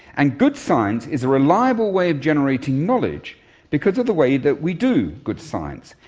and good science is a reliable way of generating knowledge because of the way that we do good science.